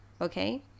okay